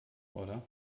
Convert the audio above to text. oder